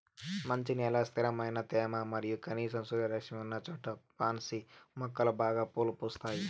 మంచి నేల, స్థిరమైన తేమ మరియు కనీసం సూర్యరశ్మి ఉన్నచోట పాన్సి మొక్కలు బాగా పూలు పూస్తాయి